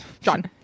John